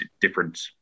different